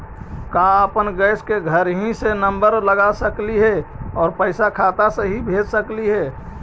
का अपन गैस के घरही से नम्बर लगा सकली हे और पैसा खाता से ही भेज सकली हे?